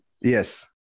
yes